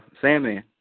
Sammy